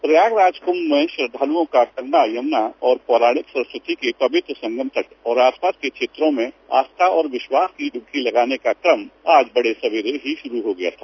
dispatch Prayagraj Kumbh में श्रद्धालुओं का गंगा यमुना और पौराणिक सरस्वती के पवित्र संगम तट और आसपास के क्षेत्रों में आस्था और विश्वास की डुबकी लगाने का क्रम आज बड़े सबेरे ही शुरू हो गया था